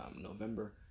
November